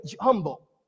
humble